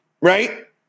right